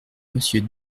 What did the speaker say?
monsieur